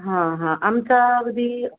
हां हां आमचा अगदी